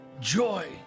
joy